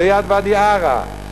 ליד ואדי-עארה.